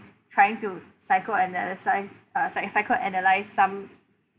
trying to psychoanalyse uh psy~ psychoanalyse some